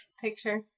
picture